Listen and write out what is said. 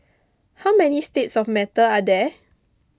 how many states of matter are there